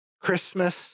Christmas